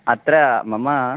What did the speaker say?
अत्र मम